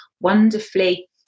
wonderfully